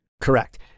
Correct